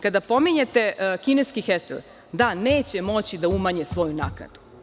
Kada pominjete kineski „Hestil“, da, neće moći da umanje svoju naknadu.